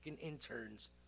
interns